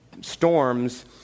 storms